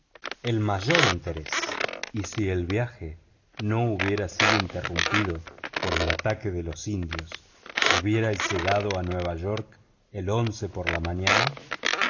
el mayor interés y si el viaje no hubiera sido interrumpido por el ataque de los indios hubierais llegado a nueva york el por la mañana